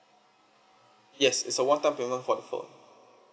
yes is a one-time payment for the phone